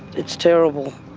it's terrible.